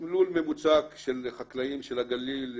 לול ממוצע של חקלאים של הגליל,